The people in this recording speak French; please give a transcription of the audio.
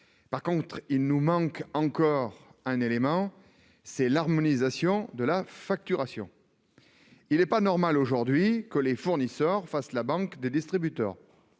revanche, manque encore un élément : l'harmonisation de la facturation. Il n'est pas normal, aujourd'hui, que les fournisseurs soient la banque des distributeurs.